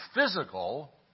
physical